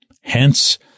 Hence